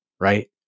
right